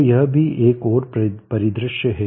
तो यह भी एक और परिदृश्य है